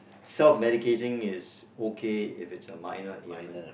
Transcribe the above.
self medicating is okay if it's a minor ailment